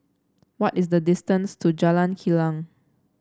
what is the distance to Jalan Kilang